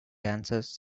dancers